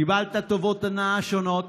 קיבלת טובות הנאה שונות,